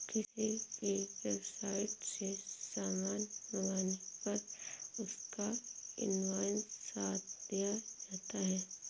किसी भी वेबसाईट से सामान मंगाने पर उसका इन्वॉइस साथ दिया जाता है